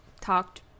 talked